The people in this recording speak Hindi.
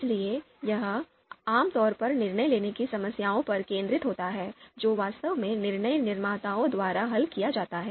इसलिए यह आम तौर पर निर्णय लेने की समस्याओं पर केंद्रित होता है जो वास्तव में निर्णय निर्माताओं द्वारा हल किए जाते हैं